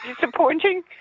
disappointing